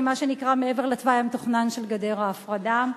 ממה שנקרא מעבר לתוואי המתוכנן של גדר ההפרדה.